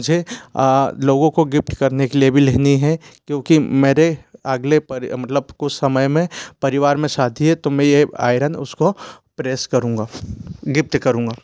मुझे लोगों को गिफ्ट करने के लिए भी लेनी है क्योंकि मेरे अगले पर मतलब कुछ समय में परिवार में शादी है तो मैं ये आइरन उसको प्रेस करूँगा गिफ्ट करूँगा